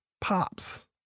pops